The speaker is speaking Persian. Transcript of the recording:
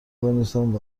بنویسم